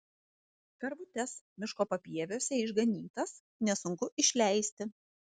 karvutes miško papieviuose išganytas nesunku išleisti